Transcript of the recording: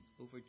over